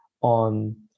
on